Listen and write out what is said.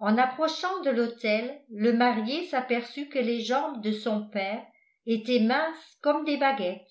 en approchant de l'autel le marié s'aperçut que les jambes de son père étaient minces comme des baguettes